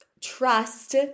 trust